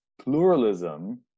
Pluralism